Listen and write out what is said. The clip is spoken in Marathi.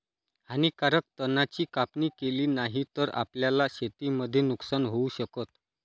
हानीकारक तणा ची कापणी केली नाही तर, आपल्याला शेतीमध्ये नुकसान होऊ शकत